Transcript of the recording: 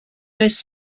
oes